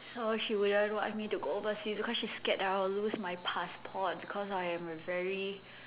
so she wouldn't want me to go overseas because she's scared that I would lose my passport because I'm a very